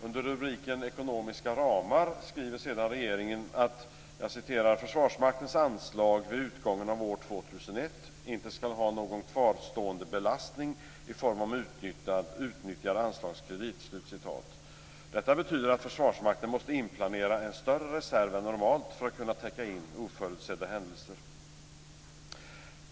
Under rubriken Ekonomiska ramar skriver regeringen att inte skall ha någon kvarstående belastning i form av utnyttjad anslagskredit". Detta betyder att Försvarsmakten måste inplanera en större reserv än normalt för att kunna täcka in oförutsedda händelser.